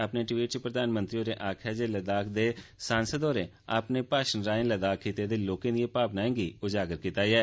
अपने ट्वीट च प्रधानमंत्री होरें आक्खेआ जे लद्दाख दे सांसद होरें अपने भाषणै राएं लद्दाख खित्ते दे लोकें दिए भावनाएं गी प्रगट कीता ऐ